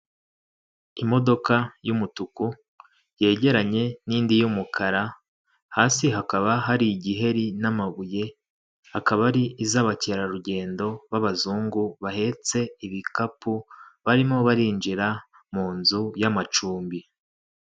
Imodoka y'umutuku yegeranye n'indi y'umukara, hasi hakaba hari igiheri n'amabuye, akaba ari iz'abakerarugendo b'abazungu bahetse ibikapu, barimo barinjira mu nzu y'amacumbi.